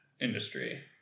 industry